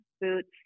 boots